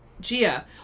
gia